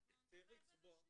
אנחנו נטפל בזה.